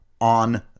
on